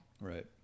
right